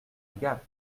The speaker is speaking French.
gap